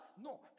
no